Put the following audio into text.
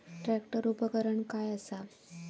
Tractor उपकरण काय असा?